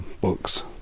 books